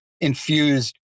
infused